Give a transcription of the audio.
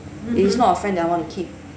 it is not a friend that I want to keep